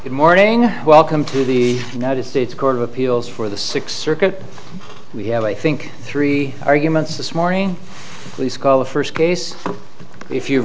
good morning welcome to the united states court of appeals for the six circuit we have i think three arguments this morning please call the first case if you